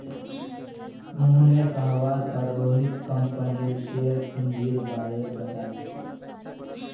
मोहनेर कहवार पर रोहित कंपनीर शेयर पूंजीर बारें बताले